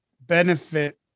benefit